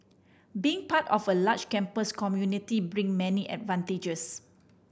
being part of a large campus community bring many advantages